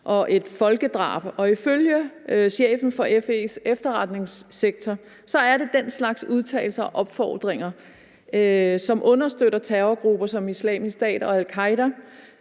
og et folkedrab. Og ifølge chefen for FE's efterretningssektor er det den slags udtalelser og opfordringer, som understøtter terrorgrupper som Islamisk Stat og al-Qaeda,